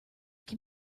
can